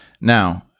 Now